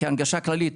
כהנגשה כללית,